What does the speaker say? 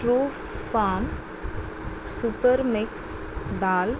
true farm super mix dal